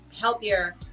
healthier